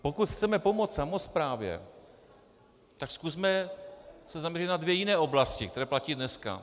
Pokud chceme pomoct samosprávě, tak se zkusme zaměřit na dvě jiné oblasti, které platí dneska.